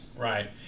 Right